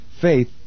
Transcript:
Faith